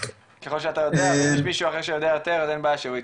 כל שאתה יודע ואם יש מישהו אחר שיודע יותר אז אין בעיה שהוא יתייחס.